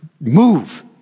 move